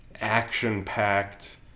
action-packed